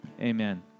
Amen